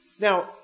Now